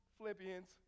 Philippians